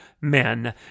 men